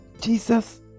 Jesus